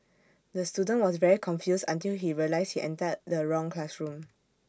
the student was very confused until he realised he entered the wrong classroom